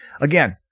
again